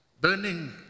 burning